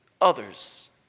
others